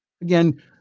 Again